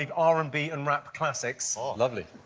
like r and b and rap classics. oh, lovely.